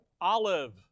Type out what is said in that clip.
Olive